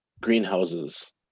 greenhouses